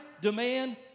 demand